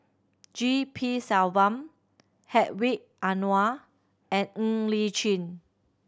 G P Selvam Hedwig Anuar and Ng Li Chin